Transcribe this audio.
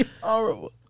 horrible